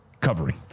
Covering